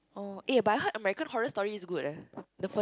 oh eh but I heard American Horror Story is good eh the first